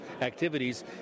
activities